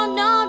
no